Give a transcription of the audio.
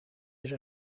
déjà